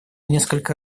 несколько